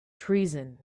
treason